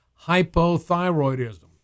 hypothyroidism